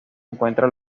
encuentra